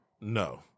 No